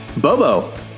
Bobo